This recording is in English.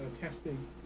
testing